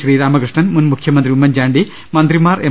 ശ്രീരാമകൃഷ്ണൻ മുൻ മുഖ്യമന്ത്രി ഉമ്മൻചാണ്ടി മന്ത്രിമാർ എം